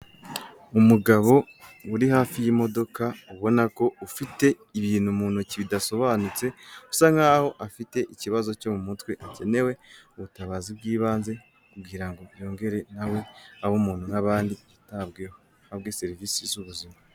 Umugabo uri hafi y'imodoka, ubona ko ufite ibintu mu ntoki bidasobanutse, usa nkaho afite ikibazo cyo mu mutwe, hakenewe ubutabazi bw'ibanze, kugira ngo yongere nawe abe umuntu nk'abandi yitabweho, ahabwe serivisi z'ubuzima.